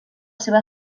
seva